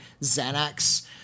Xanax